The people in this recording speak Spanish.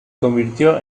convirtió